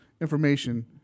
information